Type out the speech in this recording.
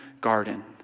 garden